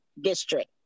District